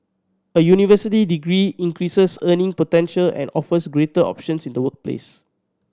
a university degree increases earning potential and offers greater options in the workplace